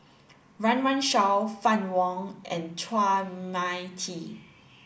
Run Run Shaw Fann Wong and Chua Mia Tee